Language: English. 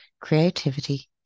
creativity